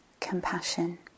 compassion